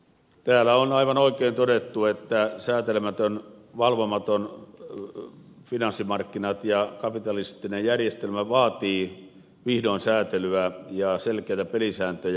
täällä on aivan oikein todettu että säätelemättömät valvomattomat finanssimarkkinat ja kapitalistinen järjestelmä vaativat vihdoin säätelyä ja selkeitä pelisääntöjä